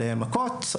על מכות,